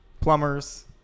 plumbers